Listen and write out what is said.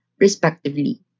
respectively